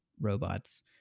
robots